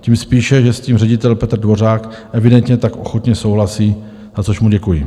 Tím spíše, že s tím ředitel Petr Dvořák evidentně tak ochotně souhlasí, za což mu děkuji.